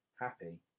happy